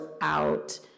out